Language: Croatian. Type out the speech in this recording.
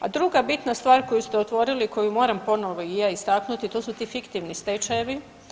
A druga bitna stvar koju ste otvorili i koju moram ponovo i ja istaknuti to su ti fiktivni stečajevi.